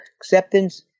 Acceptance